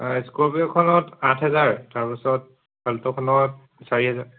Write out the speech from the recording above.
স্কৰ্পিৰপিঅ'খনত আঠ হেজাৰ তাৰপাছত এল্ট'খনত চাৰি হেজাৰ